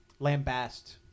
lambast